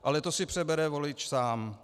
Ale to si přebere volič sám.